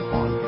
on